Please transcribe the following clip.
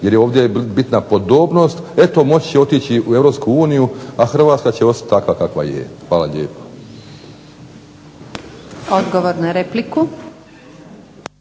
jer je ovdje bitna podobnost eto moći će otići u EU, a Hrvatska će ostati takva kakva je. Hvala lijepo.